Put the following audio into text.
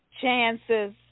chances